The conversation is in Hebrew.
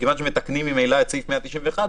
שמתקנים ממילא את סעיף 191,